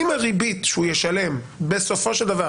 אם הריבית שהוא ישלם בסופו של דבר